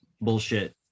bullshit